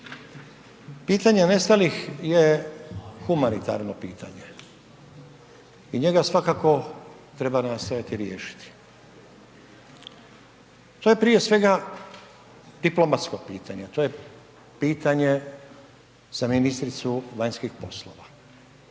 Pitanje nestalih je humanitarno pitanje i njega svakako treba nastojati riješiti. To je prije svega diplomatsko pitanje. To je pitanje za ministricu vanjskih poslova,